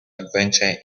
adventures